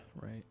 right